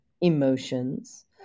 emotions